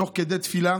תוך כדי תפילה